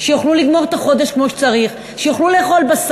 שיוכלו לגמור את החודש כמו שצריך,